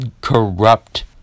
corrupt